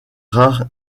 rares